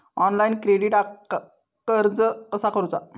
Online क्रेडिटाक अर्ज कसा करुचा?